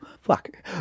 fuck